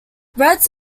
reds